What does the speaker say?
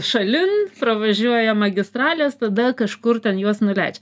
šalin pravažiuoja magistralės tada kažkur ten juos nuleidžia